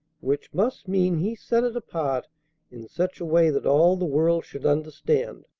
which must mean he set it apart in such a way that all the world should understand.